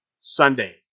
Sunday